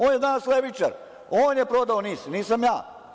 On je danas levičar, on je prodao NIS, nisam ja.